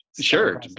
Sure